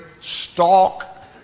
stalk